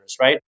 right